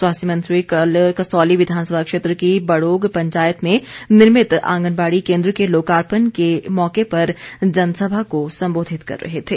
स्वास्थ्य मंत्री कल कसौली विधानसभा क्षेत्र की बड़ोग पंचायत में निर्मित आंगनबाड़ी केन्द्र के लोकार्पण के मौके पर जनसभा को संबोधित कर रहे थे